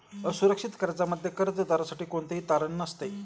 असुरक्षित कर्जामध्ये कर्जदारासाठी कोणतेही तारण नसते